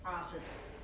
artists